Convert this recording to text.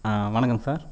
ஆ வணக்கம் சார்